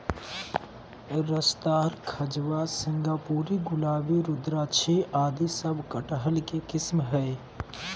रसदार, खजवा, सिंगापुरी, गुलाबी, रुद्राक्षी आदि सब कटहल के किस्म हय